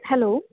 hello